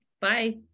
bye